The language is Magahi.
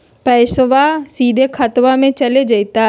पैसाबा सीधे खतबा मे चलेगा जयते?